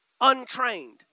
untrained